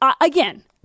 again